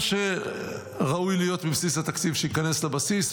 מה שראוי להיות בבסיס התקציב שייכנס לבסיס,